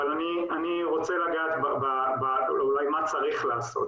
אבל אני רוצה לגעת אולי במה צריך לעשות.